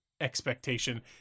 Expectation